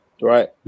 Right